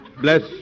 Bless